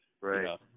right